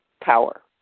power